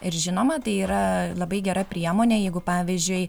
ir žinoma tai yra labai gera priemonė jeigu pavyzdžiui